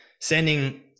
sending